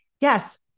Yes